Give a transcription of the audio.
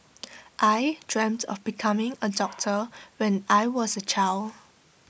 I dreamt of becoming A doctor when I was A child